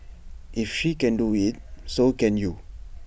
if she can do IT so can you